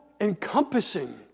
encompassing